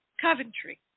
Coventry